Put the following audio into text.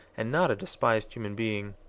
and not a despised human being.